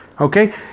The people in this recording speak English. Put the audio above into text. Okay